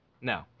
No